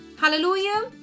Hallelujah